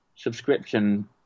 subscription